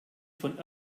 von